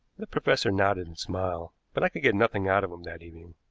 the professor nodded and smiled, but i could get nothing out of him that evening,